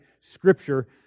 Scripture